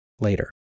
Later